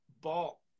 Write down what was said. ball